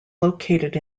located